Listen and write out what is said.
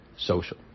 social